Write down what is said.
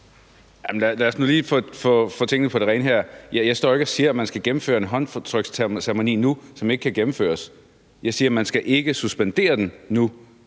lige få tingene på det rene her. Jeg står ikke og siger, at man skal gennemføre en håndtryksceremoni nu, som ikke kan gennemføres. Jeg siger, at man ikke skal suspendere den nu.